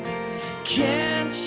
can